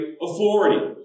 authority